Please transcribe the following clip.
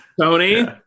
Tony